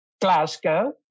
Glasgow